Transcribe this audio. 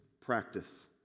practice